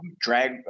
drag